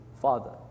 father